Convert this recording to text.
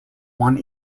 one